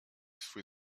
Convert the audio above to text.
swój